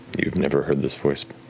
you've never heard this voice.